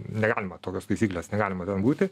negalima tokios taisyklės negalima ten būti